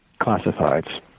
classifieds